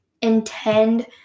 intend